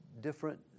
different